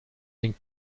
den